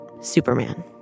Superman